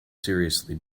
seriously